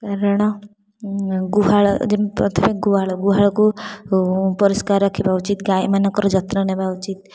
କାରଣ ଗୁହାଳ ଯେମିତି ପ୍ରଥମେ ଗୁହାଳ ଗୁହାଳକୁ ପରିଷ୍କାର ରଖିବା ଉଚିତ୍ ଗାଈମାନଙ୍କର ଯତ୍ନ ନେବା ଉଚିତ୍